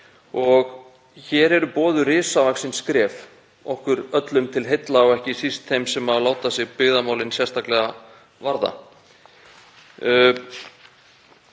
og hér eru boðuð risavaxin skref, okkur öllum til heilla og ekki síst þeim sem láta sig byggðamálin sérstaklega varða.